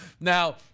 Now